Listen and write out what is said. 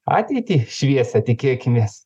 ateitį šviesią tikėkimės